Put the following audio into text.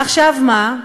עכשיו מה?